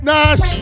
Nash